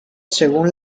según